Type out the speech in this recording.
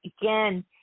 Again